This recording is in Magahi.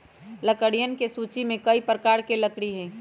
लकड़ियन के सूची में कई प्रकार के लकड़ी हई